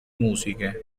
musiche